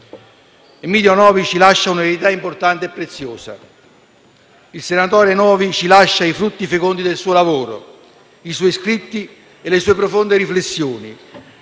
Emiddio Novi ci lascia un'eredità importante e preziosa: il senatore Novi ci lascia i frutti fecondi del suo lavoro, i suoi scritti e le sue profonde riflessioni,